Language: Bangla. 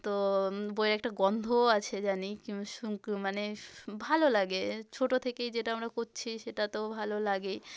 তো বইয়ের একটা গন্ধও আছে জানি কি শুঁক মানে ভালো লাগে ছোটো থেকেই যেটা আমরা করছি সেটা তো ভালো লাগেই